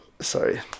sorry